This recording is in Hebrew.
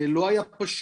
זה לא היה פשוט.